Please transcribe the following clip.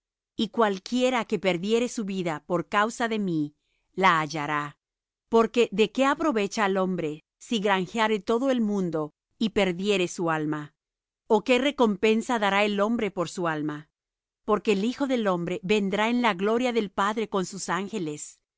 y cualquiera que perdiere su vida por causa de mí la hallará porque de qué aprovecha al hombre si granjeare todo el mundo y perdiere su alma o qué recompensa dará el hombre por su alma porque el hijo del hombre vendrá en la gloria de su padre con sus ángeles